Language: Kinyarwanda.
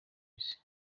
isi